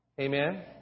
Amen